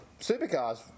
supercars